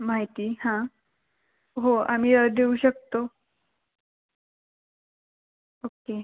माहिती हं हो आम्ही देऊ शकतो ओक्के